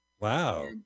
Wow